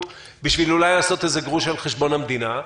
בשביל לעשות אולי איזה גרוש על חשבון המדינה,